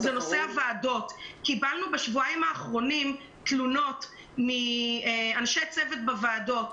קיבלנו בשבועיים האחרונים תלונות מאנשי צוות בוועדות,